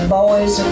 boys